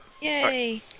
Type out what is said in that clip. Yay